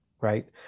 Right